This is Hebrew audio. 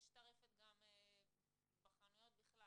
יש טרפת גם בחנויות בכלל.